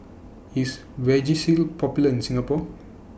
IS Vagisil Popular in Singapore